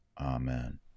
Amen